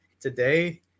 today